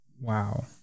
Wow